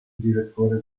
direttore